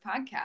podcast